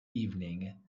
evening